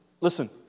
Listen